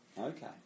Okay